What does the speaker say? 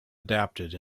adapted